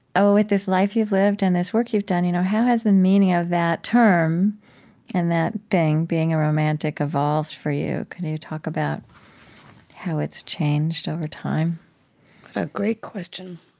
oh, with this life you've lived and this work you've done, you know how has the meaning of that term and that thing, being a romantic evolved for you? can you talk about how it's changed over time? what a great question.